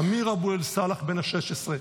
אמיר אבו סאלח, בן 16,